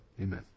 Amen